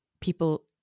people –